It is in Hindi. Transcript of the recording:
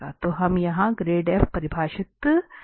तो हम यहां ग्रेड f परिभाषित मिलेगा